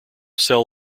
cell